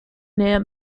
near